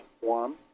one